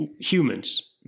humans